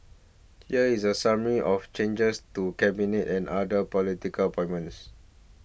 here is the summary of changes to Cabinet and other political appointments